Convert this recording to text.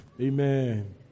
amen